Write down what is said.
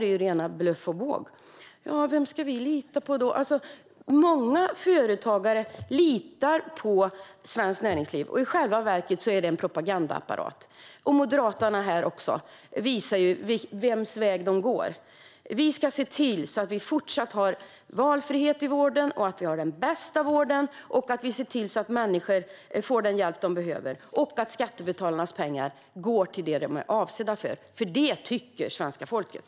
Företagarna undrade då vem de ska lita på. Många företagare litar på Svenskt Näringsliv. Men i själva verket är det en propagandaapparat. Moderaterna visar också här vems väg som de går. Vi ska se till att vi även i fortsättningen har valfrihet i vården, att vi har den bästa vården, att människor får den hjälp som de behöver och att skattebetalarnas pengar går till det som de är avsedda för, för det tycker svenska folket.